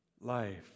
life